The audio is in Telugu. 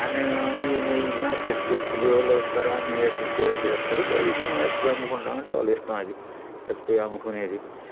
ఆడ్నే ఈ మార్కెట్కి ఎత్తుకుపోయే వాళ్ళు వస్తారు ఆడ్నే ఏసేసి ఏసేస్తారు లేదు మేమే ఎత్తుకొని పోయి అమ్ముకుంటాము అంటే వాళ్ళ ఇష్టం అది ఎత్తుకుపోయి అమ్ముకునేది